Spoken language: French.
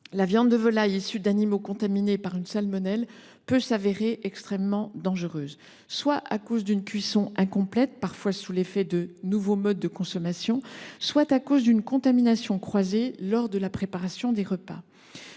la viande de volaille issue d’animaux contaminés par une salmonelle peut s’avérer extrêmement dangereuse, soit en raison d’une cuisson incomplète, parfois sous l’effet de nouveaux modes de consommation, soit à la suite d’une contamination croisée lors de la préparation des repas.